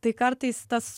tai kartais tas